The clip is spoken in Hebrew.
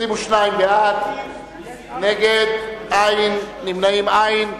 22 בעד, נגד, אין, נמנעים, אין.